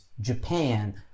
Japan